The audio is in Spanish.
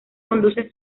conduce